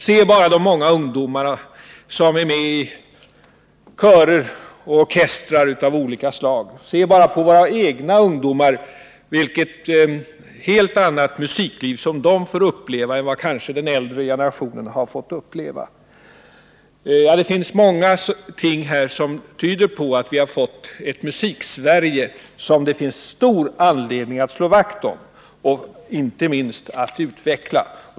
Se bara på de många ungdomar som är med i körer och orkestrar av olika slag, se bara på hur våra egna ungdomar får uppleva ett helt annat musikliv än den äldre generationen kanske har fått vara med om. Mycket tyder på att vi har fått ett Musiksverige som det finns stor anledning att slå vakt om, inte minst att utveckla.